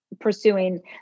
pursuing